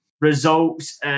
results